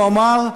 הוא אמר,